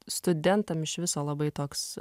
studentams iš viso labai toks